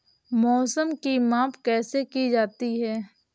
मौसम की माप कैसे की जाती है?